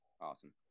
Awesome